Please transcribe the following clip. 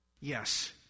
Yes